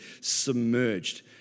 submerged